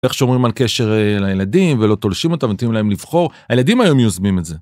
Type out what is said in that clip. איך שומרים על קשר לילדים ולא תולשים אותם ונותנים להם לבחור הילדים היום יוזמים את זה.